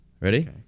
Ready